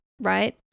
right